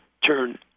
turn